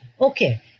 okay